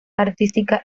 artística